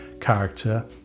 character